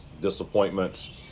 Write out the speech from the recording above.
disappointments